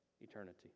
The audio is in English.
eternity